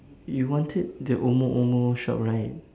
you wanted the omo omo shop right